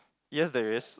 yes there is